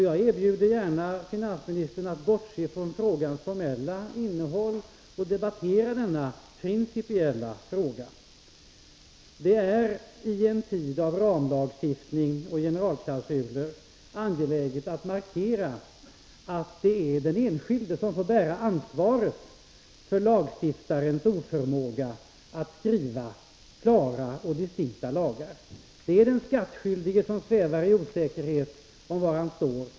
Jag erbjuder gärna finansministern att bortse från frågans formella innehåll och att debattera det principiella. Det är i en tid av ramlagstiftning och generalklausuler angeläget att markera att det är den enskilde som får bära ansvaret för lagstiftarens oförmåga att skriva klara och distinkta lagar. Det är den skattskyldige som svävar i osäkerhet om var han står.